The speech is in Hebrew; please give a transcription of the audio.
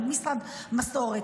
עוד משרד מסורת,